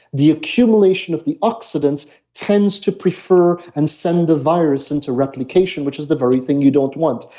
the accumulation of the oxidants tends to prefer and send the virus into replication, which is the very thing you don't want.